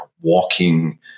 walking